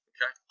Okay